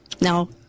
Now